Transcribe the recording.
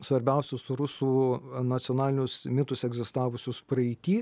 svarbiausius rusų nacionalinius mitus egzistavusius praeity